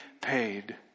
paid